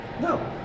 No